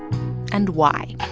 and why?